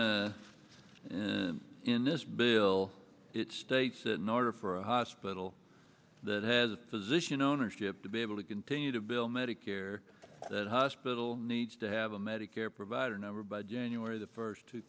and in this bill it states in order for a hospital that has a physician ownership to be able to continue to bill medicare that hospital needs to have a medicare provider number by january the first two